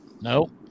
No